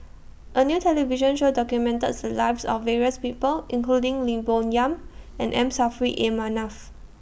A New television Show documented The Lives of various People including Lim Bo Yam and M Saffri A Manaf